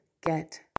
get